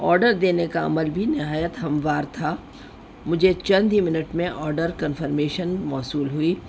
order دینے کا عمل بھی نہایت ہموار تھا مجھے چند ہی منٹ میں آرڈر کنفرمیشن موصول ہوئی